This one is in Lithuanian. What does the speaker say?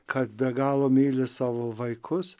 kad be galo myli savo vaikus